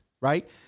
right